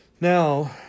Now